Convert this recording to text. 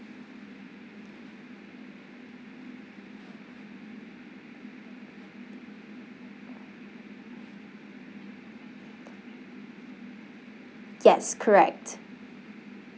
yes correct